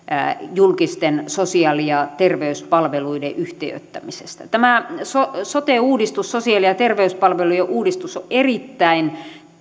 julkisten sosiaali ja terveyspalveluiden yhtiöittämisestä tämä sosiaali ja terveyspalvelujen uudistus on erittäin